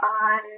on